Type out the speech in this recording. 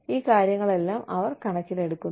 ഈ കാര്യങ്ങളെല്ലാം അവർ കണക്കിലെടുക്കുന്നു